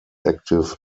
active